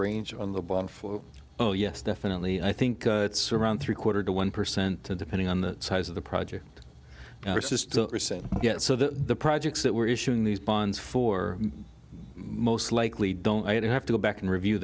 range on the bond oh yes definitely i think it's around three quarter to one percent depending on the size of the project yet so the projects that we're issuing these bonds for most likely don't have to go back and review